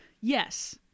yes